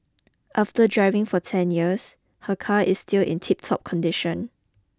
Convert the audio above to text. after driving for ten years her car is still in tiptop condition